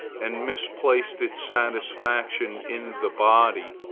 and misplaced its satisfaction in the body,